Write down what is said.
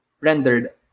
rendered